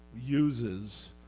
uses